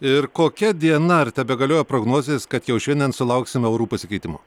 ir kokia diena ar tebegalioja prognozės kad jau šiandien sulauksime orų pasikeitimo